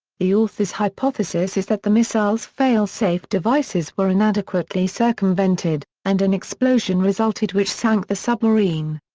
the author's hypothesis is that the missile's fail-safe devices were inadequately circumvented, and an explosion resulted which sank the submarine.